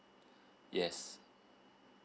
yes